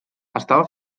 estava